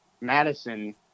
Madison